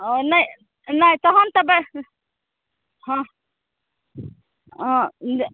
नहि तहन तऽ नहि हँ हँ